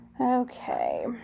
Okay